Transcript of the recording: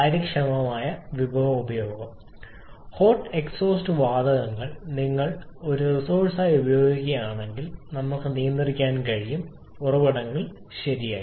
കാര്യക്ഷമമായ വിഭവം ഉപയോഗം ഹോട്ട് എക്സ്ഹോസ്റ്റ് വാതകങ്ങൾ ഒരു റിസോഴ്സായി ഉപയോഗിക്കുന്നതിനാൽ ഞങ്ങൾക്ക് നിയന്ത്രിക്കാൻ കഴിയും ഉറവിടങ്ങൾ ശരിയായി